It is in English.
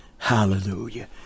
Hallelujah